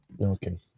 Okay